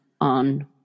on